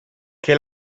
che